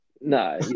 No